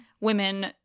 women